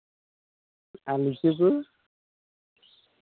ᱟᱨ ᱞᱤᱪᱩ ᱠᱚ